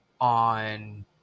on